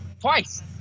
twice